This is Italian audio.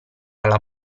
alla